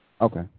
Okay